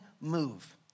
move